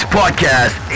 podcast